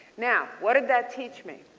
now, what did that teach me?